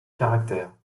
caractères